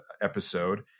episode